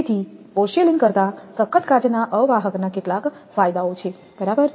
તેથી પોર્સેલેઇન કરતા સખત કાચના અવાહક ના કેટલાક ફાયદાઓ છે બરાબર